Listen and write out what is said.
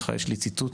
יש לי ציטוט